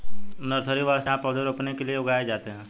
nursery, वह स्थान जहाँ पौधे रोपने के लिए उगाए जाते हैं